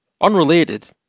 Unrelated